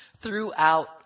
throughout